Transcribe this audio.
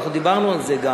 ואנחנו גם דיברנו על זה.